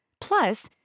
Plus